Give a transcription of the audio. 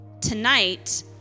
Tonight